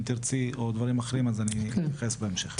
אם תרצי, או דברים אחרים אני אתייחס בהמשך.